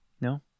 No